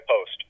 post